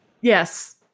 yes